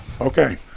Okay